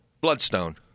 Bloodstone